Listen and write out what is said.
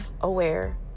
aware